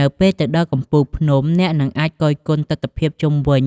នៅពេលទៅដល់កំពូល អ្នកនឹងអាចគយគន់ទិដ្ឋភាពជុំវិញ